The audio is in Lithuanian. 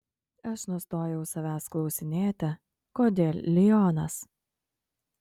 aš nustojau savęs klausinėti kodėl lionas